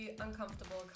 uncomfortable